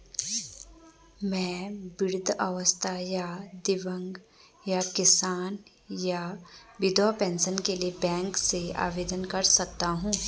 मैं वृद्धावस्था या दिव्यांग या किसान या विधवा पेंशन के लिए बैंक से आवेदन कर सकता हूँ?